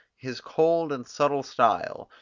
his cold and subtle style,